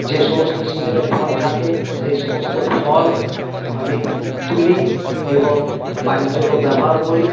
যে সমস্ত সিজেনে ফল থাকে সেই সমস্ত ফল আমি তুলি এবং বাড়ির জন্য ব্যবহার করি